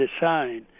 design